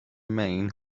mean